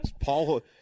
paul